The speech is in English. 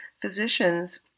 physicians